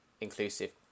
inclusive